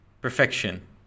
perfection